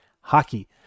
Hockey